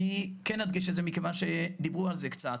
אני כן אדגיש את זה מכיוון שדיברו על זה קצת.